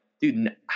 Dude